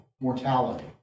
mortality